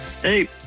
Hey